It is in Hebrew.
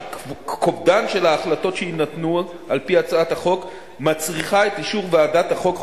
כובדן של ההחלטות שיינתנו על-פי הצעת החוק מצריך את אישור ועדת החוקה,